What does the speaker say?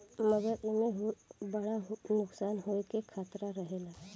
मगर एईमे बड़ा नुकसान होवे के खतरा रहेला